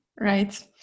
Right